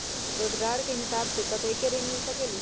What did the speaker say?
रोजगार के हिसाब से कतेक ऋण मिल सकेलि?